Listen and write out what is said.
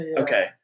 Okay